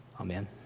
Amen